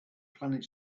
planet